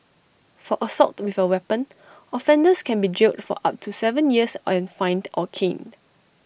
for assault with A weapon offenders can be jailed for up to Seven years and fined or caned